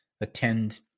attend